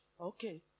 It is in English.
Okay